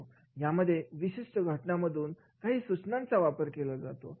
यामध्ये विशिष्ट घटनांमधून काही सूचनांचा वापर केला जातो